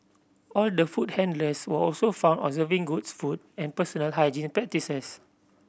all the food handlers were also found observing goods food and personal hygiene practices